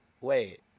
wait